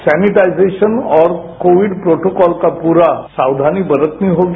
sanitisation और Covid protocol का पूरी साक्धानी बरतनी होगी